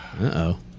Uh-oh